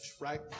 right